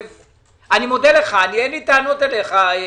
אני מודה לך, אין לי טענות אליך.